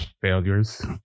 failures